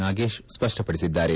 ನಾಗೇಶ್ ಸ್ಪಷ್ಟಪಡಿಸಿದ್ದಾರೆ